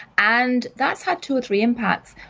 and that's had two or three impacts.